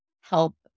help